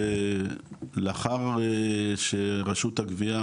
לאחר שרשות הגבייה,